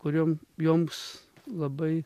kur jom joms labai